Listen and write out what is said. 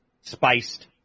spiced